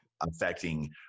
affecting